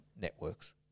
networks